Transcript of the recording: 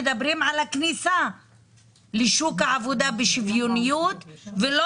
מדברים על הכניסה לשוק העובדה בשוויוניות ולא